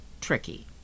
tricky